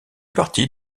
partie